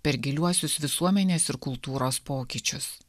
per giliuosius visuomenės ir kultūros pokyčius